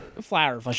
flower